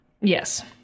Yes